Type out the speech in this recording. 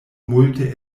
multe